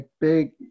big